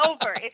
over